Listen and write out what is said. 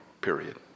period